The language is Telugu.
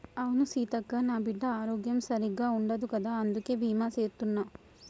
అవును సీతక్క, నా బిడ్డ ఆరోగ్యం సరిగ్గా ఉండదు కదా అందుకే బీమా సేత్తున్న